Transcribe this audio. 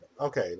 Okay